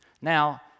now